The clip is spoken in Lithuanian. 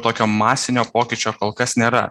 tokio masinio pokyčio kol kas nėra